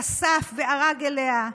כסף וערג אליה,